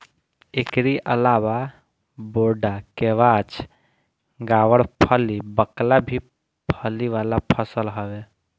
एकरी अलावा बोड़ा, केवाछ, गावरफली, बकला भी फली वाला फसल हवे